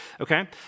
okay